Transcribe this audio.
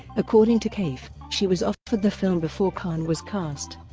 according to kaif, she was offered the film before khan was cast.